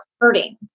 hurting